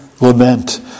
lament